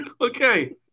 okay